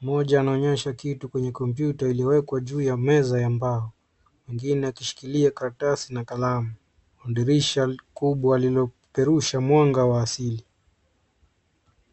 Mmoja anaonyesha kitu kwenye komputa iliyowekwa juu ya meza ya mbao. Mwingine akishikilia karatasi na kalamu. Dirisha kubwa lililopeperusha mwanga wa asili.